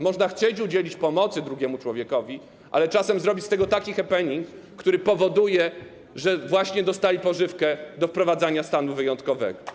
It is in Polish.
Można chcieć udzielić pomocy drugiemu człowiekowi, ale czasem zrobić z tego happening, który powoduje, że właśnie dostali pożywkę do wprowadzania stanu wyjątkowego.